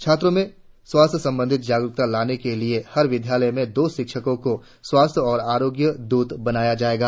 छात्रों में स्वास्थ्य संबंधी जागरुकता लाने के लिए हर विद्यालय से दो शिक्षकों को स्वास्थ्य और आरोग्य द्रत बनाया जाएगा